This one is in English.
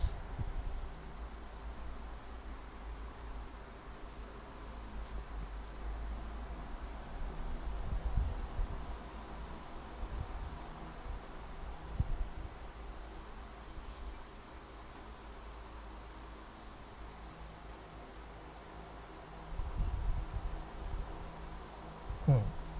mm